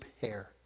hair